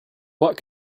what